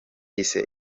yise